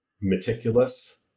meticulous